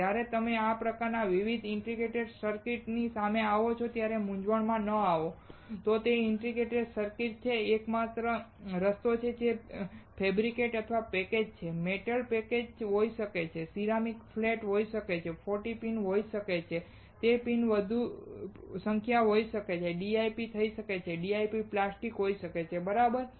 તેથી જ્યારે તમે આ પ્રકારના વિવિધ ઇન્ડિકેટર સર્કિટ ની સામે આવો છો ત્યારે મૂંઝવણમાં ન આવે કે તે તો બધા ઇન્ટિગ્રેટેડ સર્કિટ્સ છે જે એકમાત્ર રસ્તો છે જે ફૅબ્રિકેટેડ અથવા પેકેજડ છે તે મેટલ પેકેજ હોઈ શકે છે તે સિરામિક ફ્લેટ હોઈ શકે છે તે 14 પિન હોઈ શકે છે તે પિનની સંખ્યા વધુ હોઈ શકે છે તે DIP થઈ શકે છે તે DIP પ્લાસ્ટિક હોઈ શકે છે બરાબર